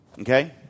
Okay